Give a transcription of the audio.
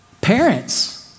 Parents